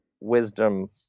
wisdom